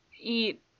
eat